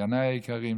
אחייניי היקרים,